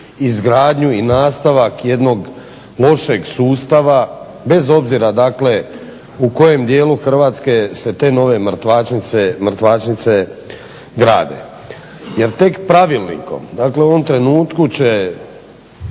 izgradnju i nastavak jednog lošeg sustava bez obzira dakle u kojem dijelu Hrvatske se te nove mrtvačnice grade. Jer tek pravilnikom, dakle u ovom trenutku će